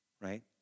right